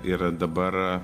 ir dabar